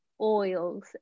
oils